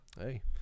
Hey